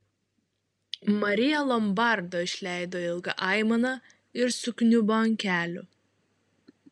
marija lombardo išleido ilgą aimaną ir sukniubo ant kelių